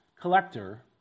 collector